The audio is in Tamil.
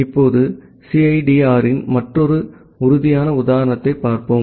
இப்போது சிஐடிஆரின் மற்றொரு உறுதியான உதாரணத்தைப் பார்ப்போம்